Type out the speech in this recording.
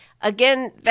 again